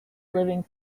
living